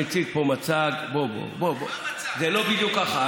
אתה מציג פה מצג, זה לא בדיוק ככה.